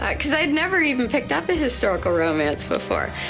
ah cause i had never even picked up a historical romance before,